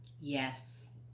Yes